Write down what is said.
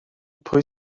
pwy